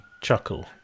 chuckle